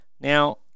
Now